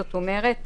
זאת אומרת,